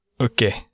okay